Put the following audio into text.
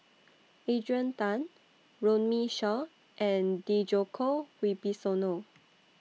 Adrian Tan Runme Shaw and Djoko Wibisono